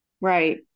Right